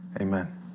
Amen